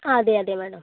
ആ അതെ അതെ മാഡം